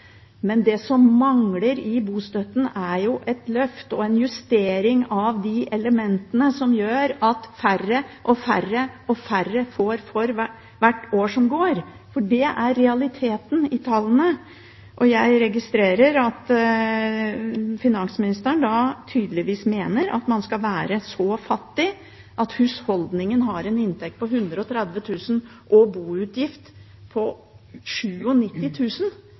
Men det som mangler i bostøtten, er et løft og en justering av de elementene som gjør at færre og færre får, for hvert år som går. Det er realiteten i tallene. Jeg registrerer at finansministeren tydeligvis mener at man skal være så fattig som at husholdningen har en inntekt på 130 000 kr og en boutgift på